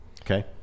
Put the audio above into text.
okay